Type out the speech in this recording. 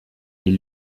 ils